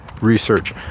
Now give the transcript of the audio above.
research